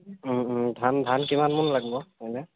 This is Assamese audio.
ধান ধান কিমানমান লাগিব এনে